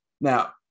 Now